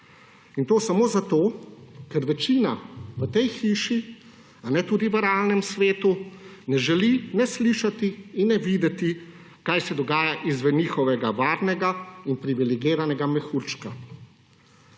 In to samo zato, ker večina v tej hiši tudi v realnem svetu ne želi ne slišati in ne videti, kaj se dogaja izven njihovega varnega in privilegiranega mehurčka.